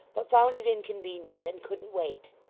but found it inconvenient, and couldn't wait.